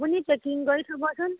আপুনি পেকিং কৰি থবচোন